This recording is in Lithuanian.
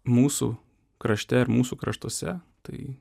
mūsų krašteir mūsų kraštuose tai